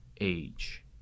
age